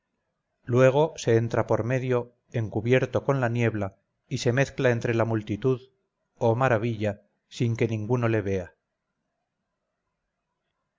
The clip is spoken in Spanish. luego se entra por medio encubierto con la niebla y se mezcla entre la multitud oh maravilla sin que ninguno le vea